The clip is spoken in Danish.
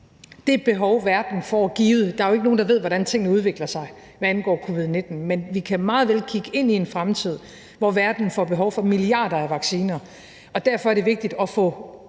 er utrolig pragmatisk. Der er jo ikke nogen, der ved, hvordan tingene udvikler sig, hvad angår covid-19, men vi kan meget vel kigge ind i en fremtid, hvor verden får behov for milliarder af vacciner, og derfor er det vigtigt at få